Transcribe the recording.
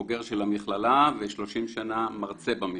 בוגר של המכללה ו-30 שנה מרצה במכללה.